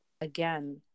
again